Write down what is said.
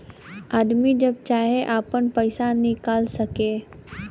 आदमी जब चाहे आपन पइसा निकाल सके